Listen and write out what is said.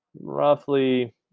roughly